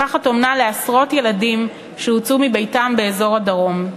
משפחת אומנה לעשרות ילדים שהוצאו מביתם באזור הדרום.